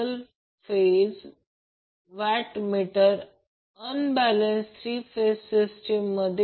तर हे Vcb आहे परंतु हे एक मग्निट्यूड आहे हे देखील मग्निट्यूड आहे